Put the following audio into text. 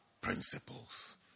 principles